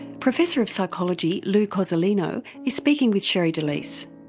professor of psychology, lou cozolino is speaking with sherre delys.